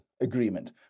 agreement